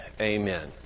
amen